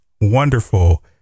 wonderful